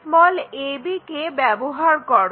ab কে ব্যবহার করো